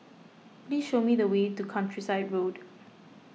please show me the way to Countryside Road